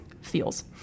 feels